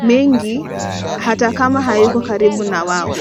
mengi hata kama hayuko karibu na wao.